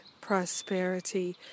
prosperity